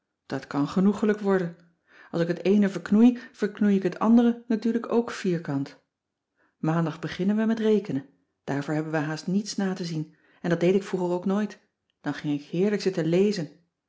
dat kan genoegelijk worden als ik het eene verknoei verknoei ik het andere natuurlijk ook vierkant maandag beginnen we met rekenen daarvoor hebben we haast niets na te zien en dat deed ik vroeger ook nooit dan ging ik heerlijk zitten lezen